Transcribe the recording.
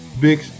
big